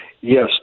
yes